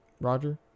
Roger